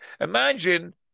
Imagine